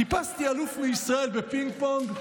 חיפשתי אלוף מישראל בפינג-פונג,